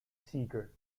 seeger